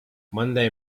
monday